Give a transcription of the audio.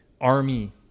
army